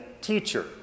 Teacher